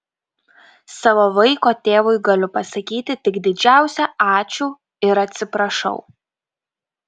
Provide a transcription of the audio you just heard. savo vaiko tėvui galiu pasakyti tik didžiausią ačiū ir atsiprašau